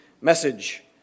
message